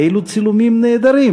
אילו צילומים נהדרים.